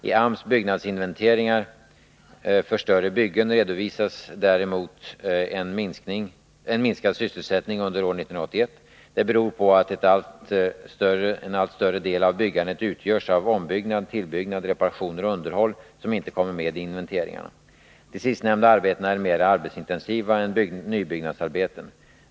I AMS byggnadsinventeringar för större byggen redovisades däremot en minskad sysselsättning under år 1981. Det beror på att en allt större del av byggandet utgörs av ombyggnad, tillbyggnad, reparationer och underhåll, som inte kommer med i inventeringarna. De sistnämnda arbetena är mera arbetsintensiva än nybyggnadsarbeten.